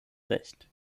recht